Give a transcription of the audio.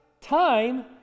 time